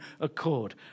accord